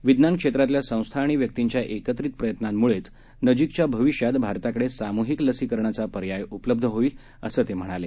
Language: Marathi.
विज्ञान क्षेत्रातल्या संस्था आणि व्यक्तींच्या एकत्रित प्रयत्नांमुळेच नजीकच्या भविष्यात भारताकडे साम्हिक लसिकरणाचा पर्याय उपलब्ध होईल असं ते म्हणाले